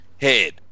head